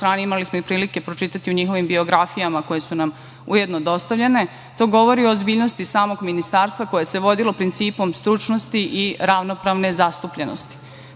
imali smo i prilike pročitati u njihovim biografijama, koje su nam ujedno dostavljene. To govori o ozbiljnosti samog ministarstva koje se vodilo principom stručnosti i ravnopravne zastupljenosti.